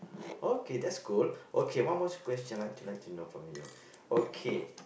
okay that's cool okay one more question I would like to know from you okay